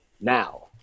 now